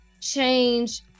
change